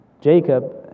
Jacob